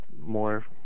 more